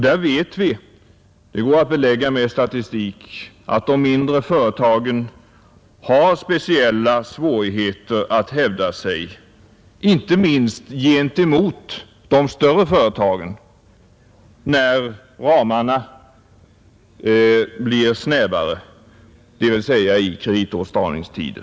Vi vet — det går att belägga med statistik — att de mindre företagen har speciella svårigheter att hävda sig inte minst gentemot de större företagen, när ramarna blir snävare, dvs. i kreditåtstramningstider.